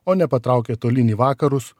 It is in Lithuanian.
o ne patraukė tolyn į vakarus